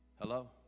Hello